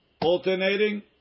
alternating